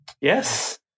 Yes